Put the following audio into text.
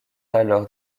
alors